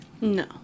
No